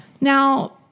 Now